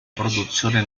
produzione